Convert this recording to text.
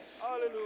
Hallelujah